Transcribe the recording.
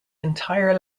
entire